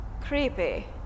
creepy